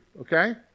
okay